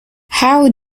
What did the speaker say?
how